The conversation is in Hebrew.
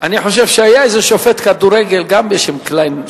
אני חושב שהיה איזה שופט כדורגל, גם בשם קליין.